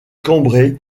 cambrai